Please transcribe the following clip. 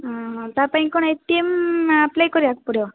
ହଁ ହଁ ତା ପାଇଁ କ'ଣ ଏଟିମ ଆପ୍ଲାଏ କରିବାକୁ ପଡ଼ିବ